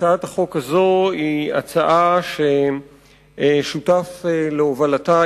הצעת החוק הזו היא הצעה ששותף להובלתה,